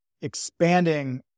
expanding